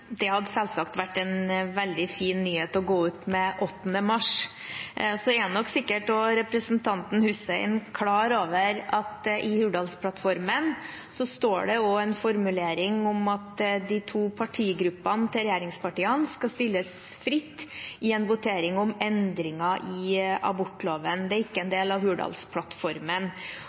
Det hadde selvsagt vært en veldig fin nyhet å gå ut med 8. mars. Representanten Hussein er nok sikkert klar over at i Hurdalsplattformen står det også en formulering om at de to partigruppene til regjeringspartiene skal stilles fritt i en votering om endringer i abortloven. Det er ikke en del av Hurdalsplattformen.